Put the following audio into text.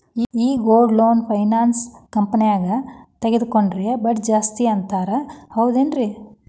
ಈ gold loan finance ಕಂಪನ್ಯಾಗ ತಗೊಂಡ್ರೆ ಬಡ್ಡಿ ಜಾಸ್ತಿ ಅಂತಾರ ಹೌದೇನ್ರಿ?